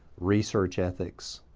research ethics,